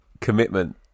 commitment